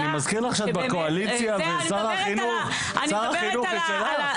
אני מזכיר לך שאת בקואליציה ושר החינוך הוא שלך.